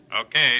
Okay